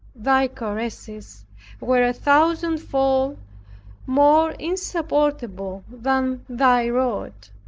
thy caresses were a thousand-fold more insupportable than thy rod.